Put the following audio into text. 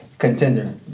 Contender